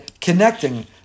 connecting